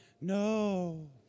No